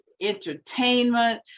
entertainment